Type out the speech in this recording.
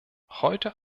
heute